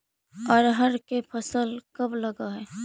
अरहर के फसल कब लग है?